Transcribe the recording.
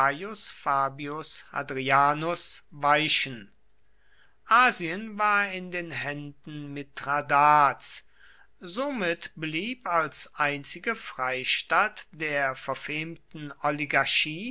fabius hadrianus weichen asien war in den händen mithradats somit blieb als einzige freistatt der verfemten oligarchie